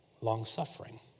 long-suffering